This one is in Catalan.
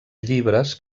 llibres